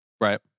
Right